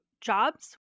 jobs